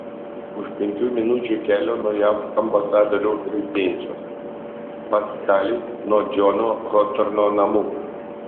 už penkių minučių kelio nuo jav ambasadoriaus rezidencijos paskali nuo džono hotorno namų